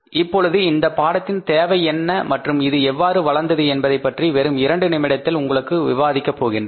இப்பொழுது இந்த பாடத்தின் தேவை என்ன மற்றும் இது எவ்வாறு வளர்ந்தது என்பதை பற்றி வெறும் 2 நிமிடத்தில் உங்களுடன் விவாதிக்க போகின்றேன்